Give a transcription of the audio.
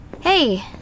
Hey